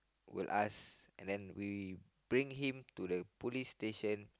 will ask and then we we bring him to the police station